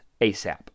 ASAP